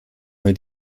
mal